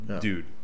dude